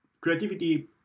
creativity